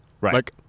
Right